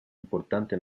importante